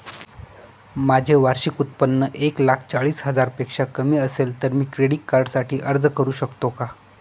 माझे वार्षिक उत्त्पन्न एक लाख चाळीस हजार पेक्षा कमी असेल तर मी क्रेडिट कार्डसाठी अर्ज करु शकतो का?